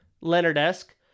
Leonard-esque